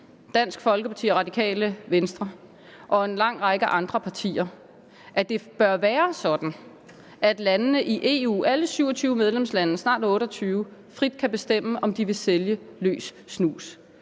Dansk Folkeparti og Radikale Venstre og en lang række andre partier, at det bør være sådan, at landene i EU, alle 27 medlemslande, snart 28, frit kan bestemme, om de vil sælge løs snus.